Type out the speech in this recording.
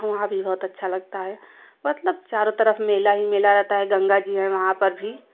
वहाँ भी बहुत अच्छा लगता है मतलब चारों तरफ़ मेला ही मेला रहता है गंगा जी है वहाँ पर भी